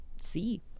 see